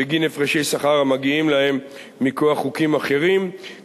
בגין הפרשי שכר המגיעים להם מכוח חוקים אחרים,